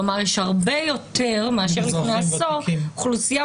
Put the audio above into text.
כלומר יש הרבה יותר מאשר לפני עשור אוכלוסייה